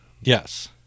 yes